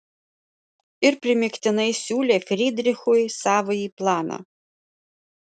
ir primygtinai siūlė frydrichui savąjį planą